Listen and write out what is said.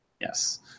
Yes